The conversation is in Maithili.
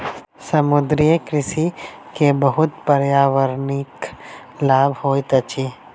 समुद्रीय कृषि के बहुत पर्यावरणिक लाभ होइत अछि